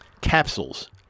capsules